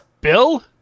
Bill